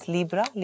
Libra